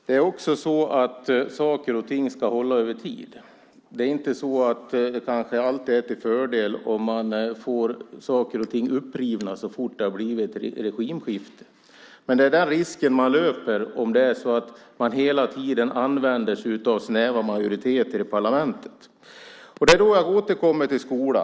Herr talman! Saker och ting ska också hålla över tid. Det är kanske inte alltid till fördel om man får saker och ting upprivna så fort det blir regimskifte. Men det är den risk man löper om man hela tiden använder snäva majoriteter i parlamentet. Jag återkommer till skolan.